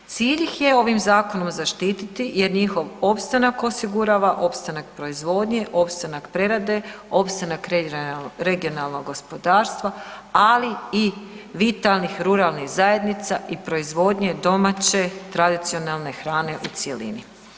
Cilj ih je ovim zakonom zaštititi jer njihov opstanak osigurava opstanak proizvodnje, opstanak prerade, opstanak regionalnog gospodarstva ali i vitalnih ruralnih zajednice i proizvodnje domaće tradicionalne hrane u cjelini.